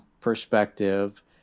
perspective